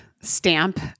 stamp